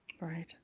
Right